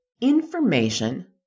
information